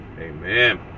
Amen